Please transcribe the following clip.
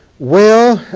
well